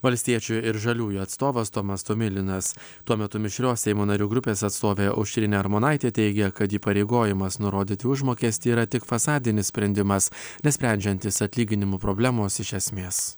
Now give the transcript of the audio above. valstiečių ir žaliųjų atstovas tomas tomilinas tuo metu mišrios seimo narių grupės atstovė aušrinė armonaitė teigia kad įpareigojimas nurodyti užmokestį yra tik fasadinis sprendimas nesprendžiantis atlyginimų problemos iš esmės